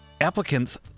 applicants